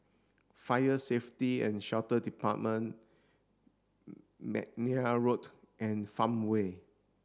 Fire Safety and Shelter Department McNair Road and Farmway